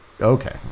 Okay